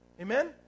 Amen